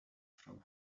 from